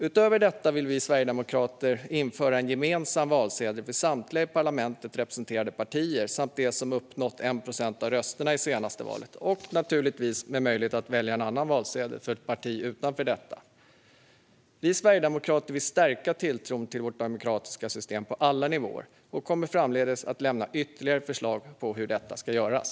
Utöver detta vill vi sverigedemokrater införa en gemensam valsedel för samtliga i parlamentet representerade partier samt de partier som uppnått 1 procent av rösterna i senaste valet, naturligtvis med möjlighet att välja en annan valsedel för ett parti utanför denna. Vi sverigedemokrater vill stärka tilltron till vårt demokratiska system på alla nivåer och kommer framdeles att lämna ytterligare förslag på hur detta ska göras.